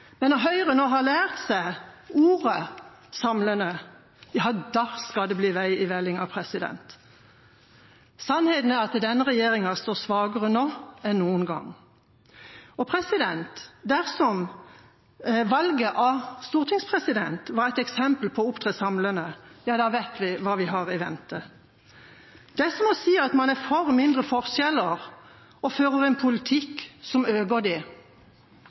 Men når Høyre nå har lært seg ordet «samlende», ja, da skal det bli vei i vellinga. Sannheten er at denne regjeringa står svakere nå enn noen gang. Dersom valget av stortingspresident var et eksempel på å opptre samlende, vet vi hva vi har i vente. Det er som å si at man er for mindre forskjeller, men fører en politikk som øker